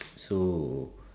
so